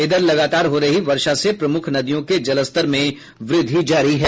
इधर लगातार हो रही वर्षा से प्रमुख नदियों के जलस्तर में वृद्धि जारी है